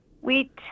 Wheat